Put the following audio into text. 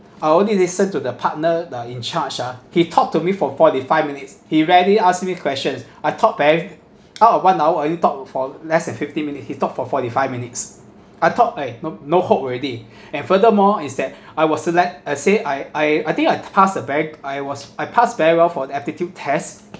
I only listen to the partner the in charge ah he talked to me for forty five minutes he rarely asked me questions I thought very out of one hour I only talk for less than fifteen minute he talked for forty five minutes I thought I no no hope already and furthermore is that I was select uh say I I I think I pass a very I was I pass very well for the aptitude test